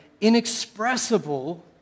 inexpressible